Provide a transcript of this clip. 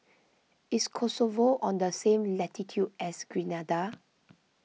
is Kosovo on the same latitude as Grenada